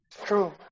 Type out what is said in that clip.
true